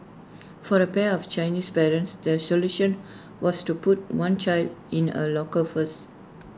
for A pair of Chinese parents their solution was to put one child in A locker first